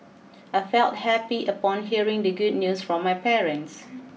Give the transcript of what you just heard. I felt happy upon hearing the good news from my parents